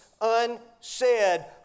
unsaid